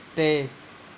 ਤੇ